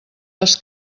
les